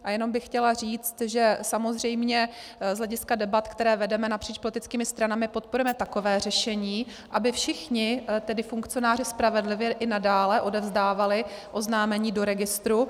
A jenom bych chtěla říct, že samozřejmě z hlediska debat, které vedeme napříč politickými stranami, podporujeme takové řešení, aby všichni tedy funkcionáři spravedlivě i nadále odevzdávali oznámení do registru.